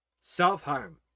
Self-harm